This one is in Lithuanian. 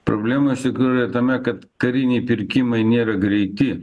problema iš tikrųjų yra tame kad kariniai pirkimai nėra greiti